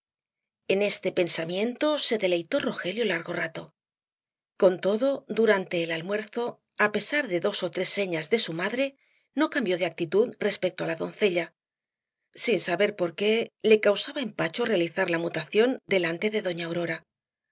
en este pensamiento se deleitó rogelio largo rato con todo durante el almuerzo á pesar de dos ó tres señas de su madre no cambió de actitud respecto á la doncella sin saber por qué le causaba empacho realizar la mutación delante de doña aurora